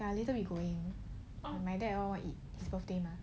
ya later we going my dad lor he reserve